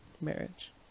marriage